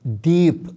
deep